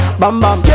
bam-bam